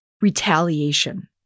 retaliation